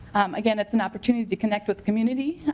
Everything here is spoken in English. again it's and opportunity to connect with communities.